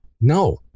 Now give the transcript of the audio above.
No